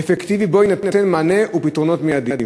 אפקטיבי כדי שיינתנו מענה ופתרונות מיידיים.